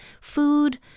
Food